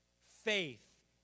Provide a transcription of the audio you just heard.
faith